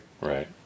Right